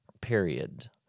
period